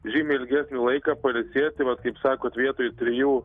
žymiai ilgesnį laiką pailsėti vat kaip sakot vietoj trijų